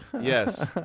yes